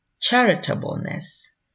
charitableness